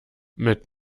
mit